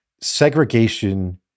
segregation